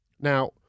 Now